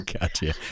Gotcha